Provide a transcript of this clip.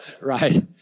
Right